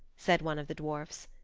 said one of the dwarfs.